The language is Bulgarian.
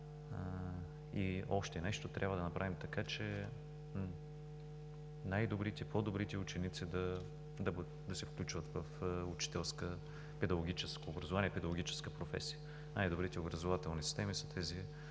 Още нещо. Трябва да направим така, че по-добрите ученици да се включват в педагогическото образование и педагогическата професия. Най-добрите образователни системи са тези,